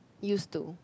use to